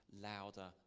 louder